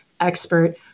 expert